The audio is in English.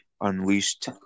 unleashed